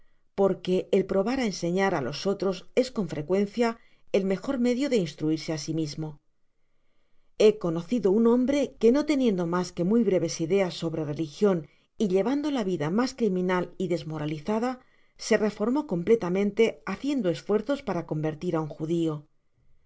porque el probar á enseñar á los otros es con frecuencia ei mejor medio de instruirse á si mismo he conocido un hombre que no teniendo mas t ue muy breves ideas sobre religion y lie vando la vida mas criminal y desmoralizada se reformó completamente haciendo esfuerzos para convertir á un judio